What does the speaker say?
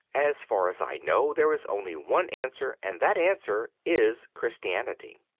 as far as i know, there is only one answer, and that answer is christianity.